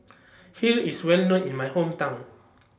Kheer IS Well known in My Hometown